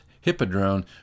Hippodrome